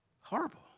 horrible